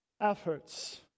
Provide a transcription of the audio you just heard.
efforts